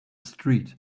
street